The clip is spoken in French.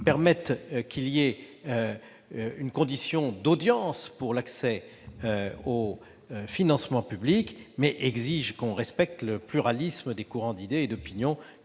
permet de poser une condition d'audience pour l'accès au financement public, mais exige qu'on respecte le pluralisme des courants d'idées et d'opinions